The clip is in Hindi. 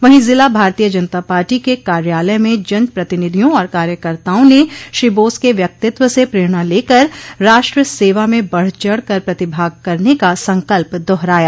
वहीं जिला भारतीय जनता पार्टो के कार्यालय में जन प्रतिनिधियों और कार्यकर्ताओं ने श्री बोस के व्यक्तित्व से प्रेरणा लेकर राष्ट्र सेवा में बढ़चढ़ कर प्रतिभाग करने का संकल्प दोहराया